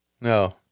No